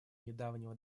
недавнего